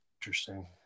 Interesting